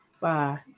Bye